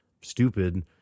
stupid